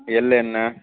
எள்ளெண்ணெய்